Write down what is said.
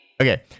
Okay